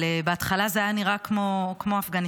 אבל בהתחלה זה היה נראה כמו אפגניסטן,